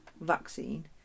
vaccine